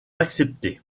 accepter